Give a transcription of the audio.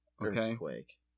Earthquake